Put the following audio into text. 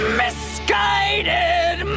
misguided